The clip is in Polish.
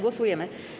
Głosujemy.